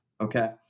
Okay